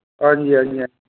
हां जी हां जी